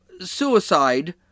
suicide